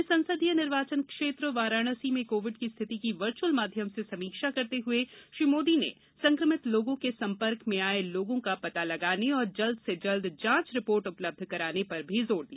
अपने संसदीय निर्वाचन क्षेत्र वाराणसी में कोविड की स्थिति की वर्चुअल माध्यम से समीक्षा करते हुए श्री मोदी ने संक्रमित लोगों के संपर्क में आये लोगों का पता लगाने और जल्द से जल्द जांच रिपोर्ट उपलब्ध कराने पर भी जोर दिया